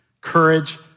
Courage